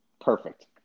Perfect